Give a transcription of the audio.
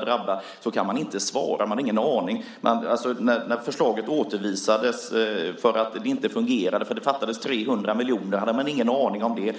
och drabba så kan inte ledamöterna svara. De har ingen aning. När förslaget återförvisades för att det inte fungerade eftersom det fattades 300 miljoner hade de ingen aning om det.